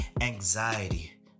anxiety